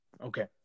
Okay